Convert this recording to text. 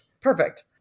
Perfect